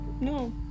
no